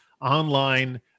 online